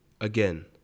Again